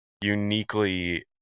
uniquely